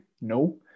No